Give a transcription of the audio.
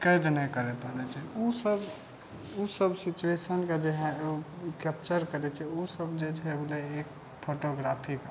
कैद नहि करै पाड़ै छै उ सभ उ सभ सिचुएशनके जखन उ कैप्चर करै छै उ सभ जे छै भेलै उ एक फोटोग्राफी